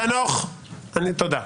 חנוך, תודה.